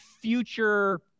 future